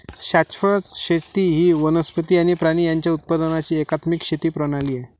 शाश्वत शेती ही वनस्पती आणि प्राणी यांच्या उत्पादनाची एकात्मिक शेती प्रणाली आहे